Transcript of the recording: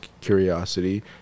curiosity